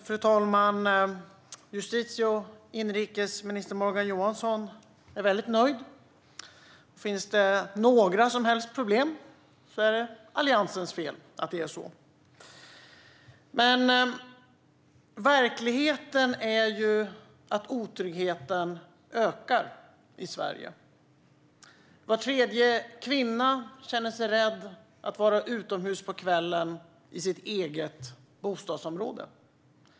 Fru talman! Justitie och inrikesminister Morgan Johansson är väldigt nöjd. Finns det några som helst problem är det Alliansens fel att det är så. Verkligheten är dock att otryggheten ökar i Sverige. Var tredje kvinna känner sig rädd att vara utomhus på kvällen i sitt eget bostadsområde.